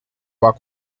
work